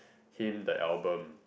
him the album